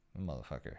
Motherfucker